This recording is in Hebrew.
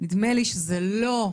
נדמה לי שזה לא,